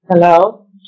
Hello